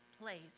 place